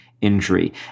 injury